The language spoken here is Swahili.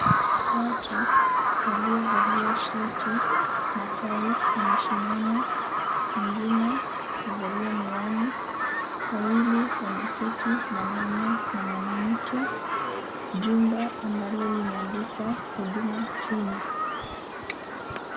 Watu waliovalia suti na tai wamesimama. Mwingine amevalia miwani. Wawili wameketi mwanaume na mwanamke. Jumba ambalo limeandikwa Huduma Kenya.